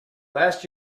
last